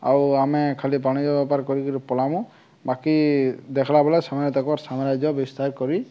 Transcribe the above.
ଆଉ ଆମେ ଖାଲି ବାଣିଜ୍ୟ ବେପାର କରିକିରି ପଲାମୁ ବାକି ଦେଖ୍ଲା ବେଳେ ସେମାନେ ତାଙ୍କର ସାମ୍ରାଜ୍ୟ ବିସ୍ତାର କରି